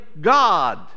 God